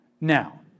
Now